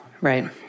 Right